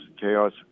chaos